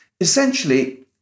essentially